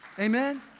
Amen